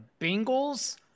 Bengals